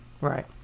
Right